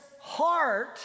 heart